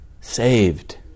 saved